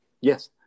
Yes